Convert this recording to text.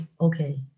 okay